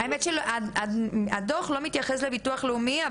האמת שהדו"ח לא מתייחס למוסד לביטוח לאומי,